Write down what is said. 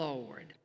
Lord